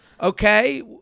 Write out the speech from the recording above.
okay